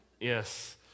Yes